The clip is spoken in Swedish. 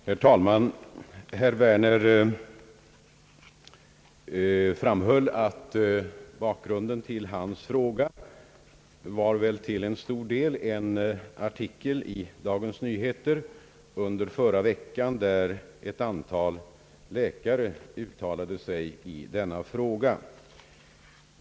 Herr talman! Herr Werner framhöll att bakgrunden till hans fråga till stor del var en artikel i Dagens Nyheter i förra veckan, där ett antal läkare uttalade sig i denna fråga.